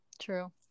True